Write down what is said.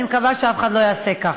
אני מקווה שאף אחד לא יעשה כך.